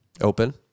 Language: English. open